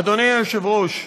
אדוני היושב-ראש,